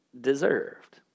deserved